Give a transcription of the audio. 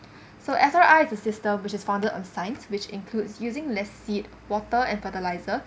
so S_R_I is system which is founded on science which includes using less seed water and fertiliser